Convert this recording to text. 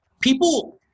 people